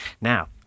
Now